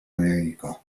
ameriko